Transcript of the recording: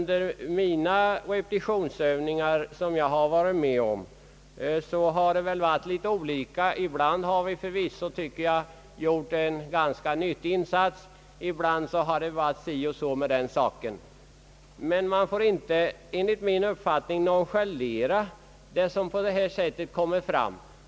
De repetitionsövningar som jag själv varit med om har nog också varit litet olika — ibland har vi förvisso enligt min mening gjort en ganska nyttig insats, ibland har det varit si och så med den saken. Vi får inte nonchalera de intryck som på detta sätt kommer fram.